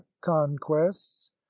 conquests